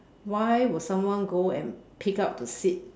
why would someone go and pick up the seed